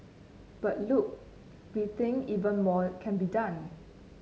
but look we think even more can be done